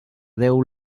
déu